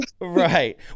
right